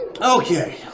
Okay